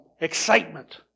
excitement